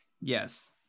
Yes